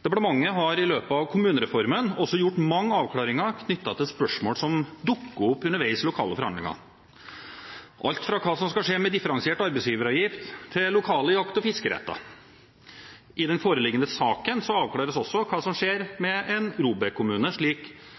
Departementet har i løpet av kommunereformen også gjort mange avklaringer knyttet til spørsmål som dukker opp underveis i lokale forhandlinger – alt fra hva som skal skje med differensiert arbeidsgiveravgift, til lokale jakt- og fiskerettigheter. I den foreliggende saken avklares også hva som skjer med en ROBEK-kommune, slik